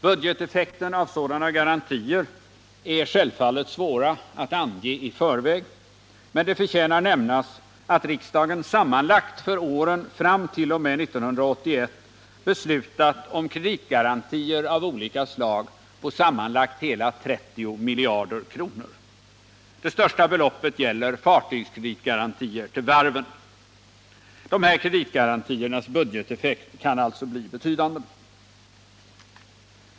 Budgeteffekten av sådana garantier är självfallet svåra att ange i förväg, men det förtjänar nämnas att riksdagen sammanlagt för åren fram t.o.m. 1981 beslutat om kreditgarantier av olika slag på sammanlagt hela 30 miljarder kronor. Det största beloppet gäller fartygskreditgarantier till varven. Dessa garantiers budgeteffekt kan alltså bli betydande.